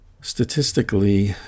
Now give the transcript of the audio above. statistically